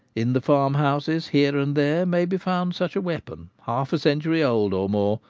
in the farmhouses here and there may be found such a weapon, half a century old or more,